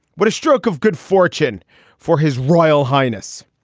what a stroke of good fortune for his royal highness.